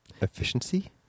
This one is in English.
Efficiency